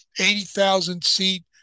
80,000-seat